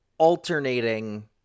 alternating